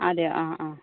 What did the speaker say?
അതെയോ ആ ആ